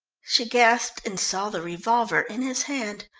she gasped, and saw the revolver in his hand.